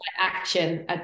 action